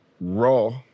raw